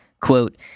Quote